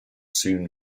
soon